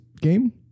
game